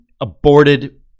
aborted